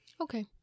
Okay